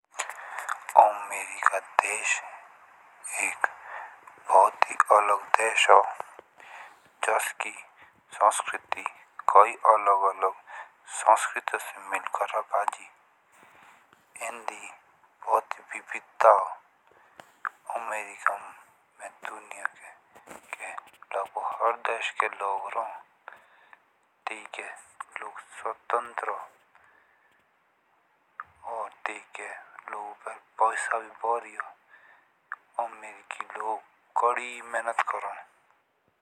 अमेरिका देश एक बोट ही अलग देश हो जुस की संस्कृति कई अलग अलग संस्कृति से मिलकर रा भाई। एंडी बहुत ही विविधता हो अमेरिका में दुनिया के हर देश के लोग रहो लोग स्वतंत्र रहो ठीक लोगों बेर पैसा भी बोरी हो। अमेरिकी लोग कड़ी मेहनत करो।